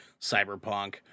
cyberpunk